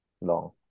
long